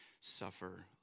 suffer